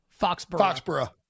Foxborough